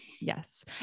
Yes